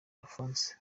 alphonse